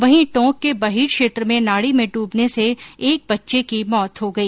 वहीं टोंक के बहीर क्षेत्र में नाड़ी में ड्रबने से एक बच्चे की मौत हो गई